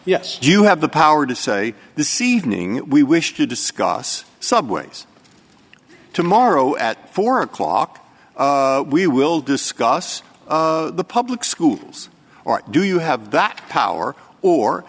yes you have the power to say this evening we wish to discuss subways tomorrow at four o'clock we will discuss the public schools or do you have that power or